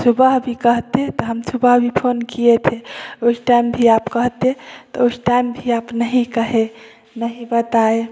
सुबह भी कहते तो हम सुबह भी फ़ोन किये थे उस टाइम भी आप कहते तो उस टाइम भी आप नहीं कहे नहीं बताए